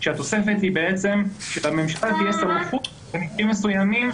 כשהתוספת היא שלממשלה תהיה סמכות במקרים מסוימים,